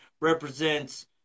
represents